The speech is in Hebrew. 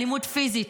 אלימות פיזית,